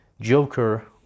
Joker